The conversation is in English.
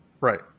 Right